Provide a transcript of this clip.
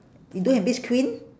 you don't have beach queen